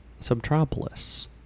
Subtropolis